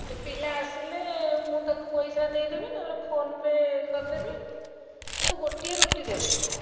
ସେ ପିଲା ଆସିଲେ ମୁଁ ତାକୁ ପଇସା ଦେଇଦେବି ନହେଲେ ଫୋନ୍ ପେ' କରିଦେବି କିନ୍ତୁ ଗୋଟିଏ ରୁଟି ଦେବେ